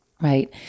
Right